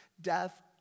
death